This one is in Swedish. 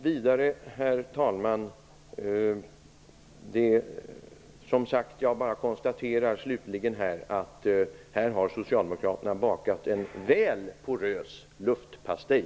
Herr talman! Slutligen konstaterar jag bara att här har socialdemokraterna bakat en väl porös luftpastej.